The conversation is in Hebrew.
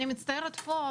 אני מצטערת פה,